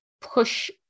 push